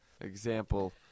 example